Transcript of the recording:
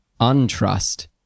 untrust